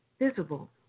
visible